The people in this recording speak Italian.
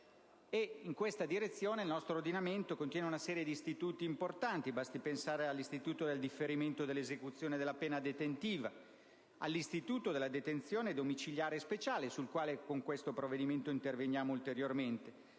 In questa direzione, il nostro ordinamento contiene una serie di istituti importanti: basti pensare al differimento dell'esecuzione della pena detentiva, alla detenzione domiciliare speciale - sulla quale con questo provvedimento interveniamo ulteriormente